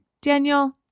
Daniel